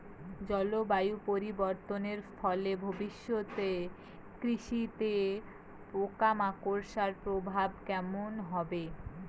জলবায়ু পরিবর্তনের ফলে ভবিষ্যতে কৃষিতে পোকামাকড়ের প্রভাব কেমন হবে?